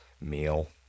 meal